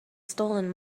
stolen